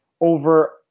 over